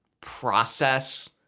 process